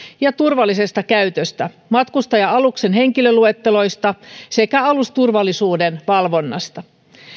ja turvallisesta käytöstä matkustaja aluksen henkilöluetteloista sekä alusturvallisuuden valvonnasta